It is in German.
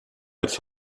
als